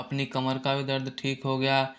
अपनी कमर का भी दर्द ठीक हो गया